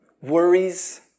worries